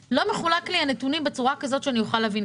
לא מחולקים בצורה כזאת, שאני אוכל להבין.